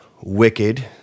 wicked